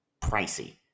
pricey